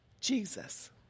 Jesus